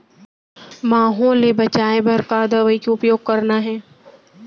माहो ले बचाओ बर का दवई के उपयोग करना हे?